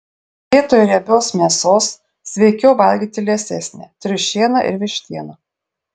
vietoj riebios mėsos sveikiau valgyti liesesnę triušieną ir vištieną